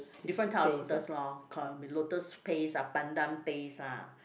different type of lotus lor can be lotus paste ah pandan paste lah